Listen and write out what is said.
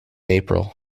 april